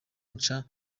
nca